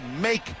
make